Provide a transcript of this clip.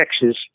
Texas